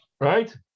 Right